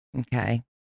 Okay